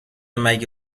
مگه